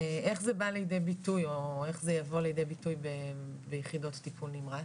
איך זה בא לידי ביטוי או איך זה יבוא לידי ביטוי ביחידות טיפול נמרץ?